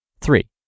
Three